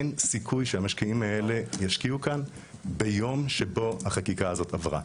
אין סיכוי שהמשקיעים האלה ישקיעו כאן ביום שבו החקיקה הזאת עברה.